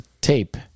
tape